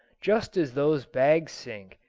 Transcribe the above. just as those bags sink,